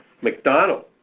mcdonald